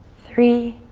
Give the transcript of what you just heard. three,